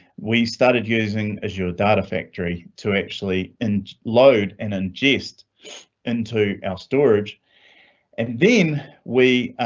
we started using azure data factory to actually and load and ingest into our storage and then we